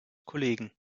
kollegen